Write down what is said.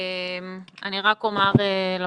רק אומר לפרוטוקול,